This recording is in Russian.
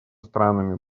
странами